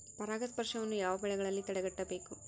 ಪರಾಗಸ್ಪರ್ಶವನ್ನು ಯಾವ ಬೆಳೆಗಳಲ್ಲಿ ತಡೆಗಟ್ಟಬೇಕು?